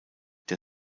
der